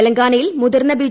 തെലങ്കാനയിൽ മുതിർന്ന ബി